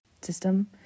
system